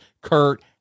Kurt